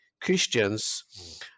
Christians